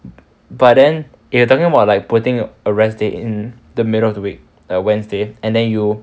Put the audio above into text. but then if you're talking about like putting a rest day in the middle of the week like wednesday and then you